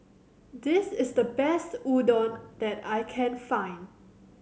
this is the best Udon that I can find